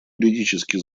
юридически